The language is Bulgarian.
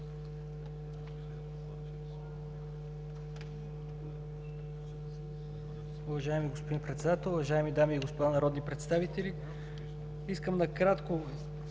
Уважаеми господин Председател, уважаеми дами и господа народни представители! Искам накратко